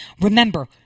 Remember